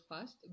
first